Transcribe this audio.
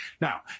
Now